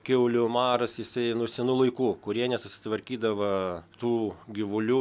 kiaulių maras jisai nuo senų laikų kurie nesusitvarkydavo tų gyvulių